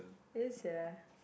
yes sia